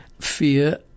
fear